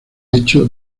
hecho